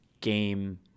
game